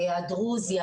הדרוזית,